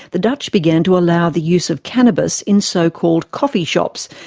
the dutch began to allow the use of cannabis in so-called coffee shops,